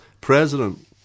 president